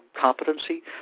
competency